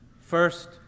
First